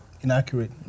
inaccurate